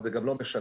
זה גם לא משנה.